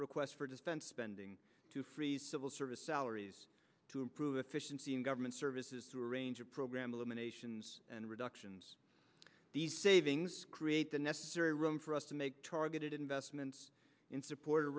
requests for defense spending to freeze civil service salaries to improve efficiency in government services to arrange a program eliminations and reductions these savings create the necessary room for us to make targeted investments in support